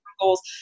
goals